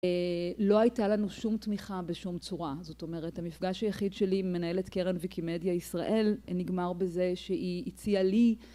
לא הייתה לנו שום תמיכה בשום צורה, זאת אומרת המפגש היחיד שלי עם מנהלת קרן ויקימדיה ישראל נגמר בזה שהיא הציעה לי